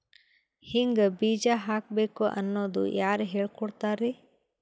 ಹಿಂಗ್ ಬೀಜ ಹಾಕ್ಬೇಕು ಅನ್ನೋದು ಯಾರ್ ಹೇಳ್ಕೊಡ್ತಾರಿ?